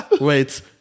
wait